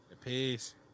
Peace